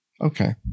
Okay